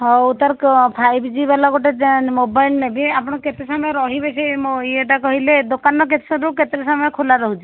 ହଉ ତା ର ଫାଇଭ୍ ଜି ବାଲା ଗୋଟେ ଯେ ମୋବାଇଲ୍ ନେବି ଆପଣ କେତେ ସମୟ ରହିବେ ସେ ଇଏଟା କହିଲେ ଦୋକାନ କେତେରୁ କେତେ ସମୟ ଖୋଲା ରହୁଛି